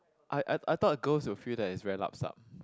I I I thought girls will feel that it's very lap sap